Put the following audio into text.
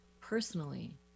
personally